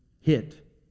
hit